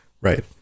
Right